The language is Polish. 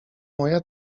moja